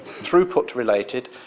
throughput-related